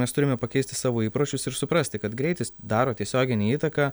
mes turime pakeisti savo įpročius ir suprasti kad greitis daro tiesioginę įtaką